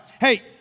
Hey